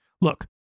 Look